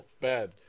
bad